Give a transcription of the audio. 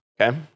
okay